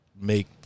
make